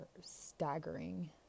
staggering